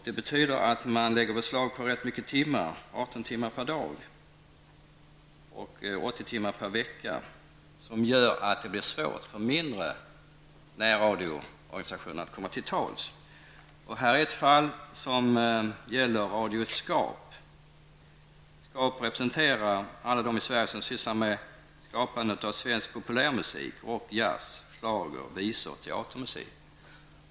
Det betyder att man lägger beslag på 18 timmar per dag och 80 timmar per vecka i sändningstid. Det gör i sin tur att det blir svårt för mindre närradioorganisationer att komma till tals. Det finns ett fall som gäller radio Skap. Den representerar alla i Sverige som sysslar med skapande av svensk populärmusik, jazz, schlagermusik, visor och teatermusik.